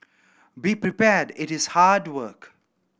be prepared it is hard work